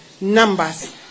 numbers